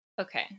Okay